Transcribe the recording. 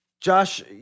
Josh